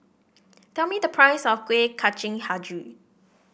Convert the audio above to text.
tell me the price of Kueh Kacang hijau